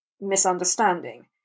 misunderstanding